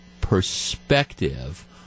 perspective